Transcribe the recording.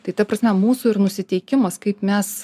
tai ta prasme mūsų ir nusiteikimas kaip mes